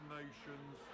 nations